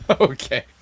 Okay